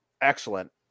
excellent